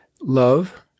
love